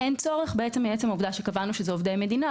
אין צורך מעצם העובדה שקבענו שהם עובדי מדינה.